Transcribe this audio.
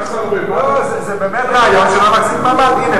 זה באמת רעיון שלא נחזיק מעמד.